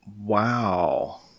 Wow